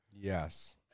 Yes